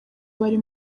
bari